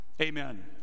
Amen